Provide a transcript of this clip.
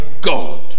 God